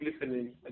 listening